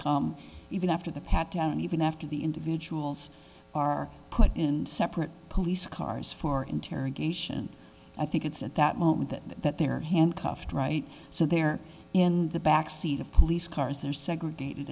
come even after the pat down even after the individuals are put in separate police cars for interrogation i think it's at that moment that that they're handcuffed right so they're in the back seat of police cars they're segregated